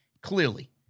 clearly